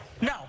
No